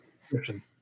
description